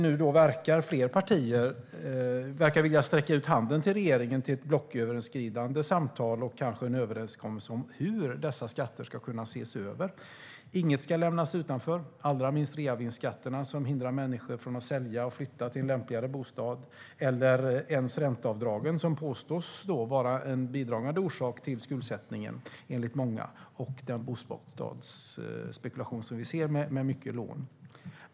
Nu verkar fler partier vilja sträcka ut handen till regeringen för blocköverskridande samtal och kanske en överenskommelse om hur dessa skatter ska kunna ses över. Inget ska lämnas utanför, allra minst reavinstskatterna som hindrar människor från att sälja och flytta till en lämpligare bostad, eller ens ränteavdragen som enligt många är en bidragande orsak till skuldsättningen och bostadsspekulationen med mycket lån.